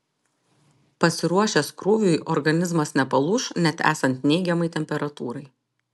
pasiruošęs krūviui organizmas nepalūš net esant neigiamai temperatūrai